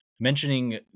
mentioning